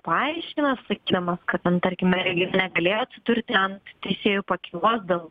paaiškina sakydamas kad ten tarkime negalėjo atsidurti ant teisėjų pakylos dėl